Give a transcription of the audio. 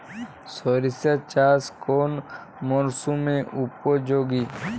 সরিষা চাষ কোন মরশুমে উপযোগী?